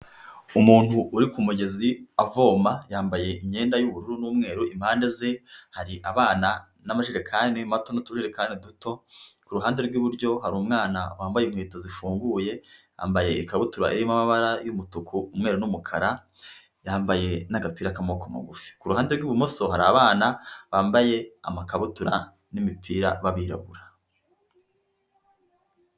Umuntu uri ku mugezi avoma yambaye imyenda y'ubururu n'umweru, impande ze hari abana n'amajekani mato, n'utujerekani duto. Ku ruhande rw'iburyo hari umwana wambaye inkweto zifunguye, yambaye ikabutura irimo amabara y'umutuku, umwetu n'umukara, yambaye n'agapira k'amaboko magufi. Kuruhande rw'ibumoso hari abana bambaye amakabutura n'imipira b'abirabura.